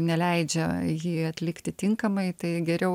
neleidžia jį atlikti tinkamai tai geriau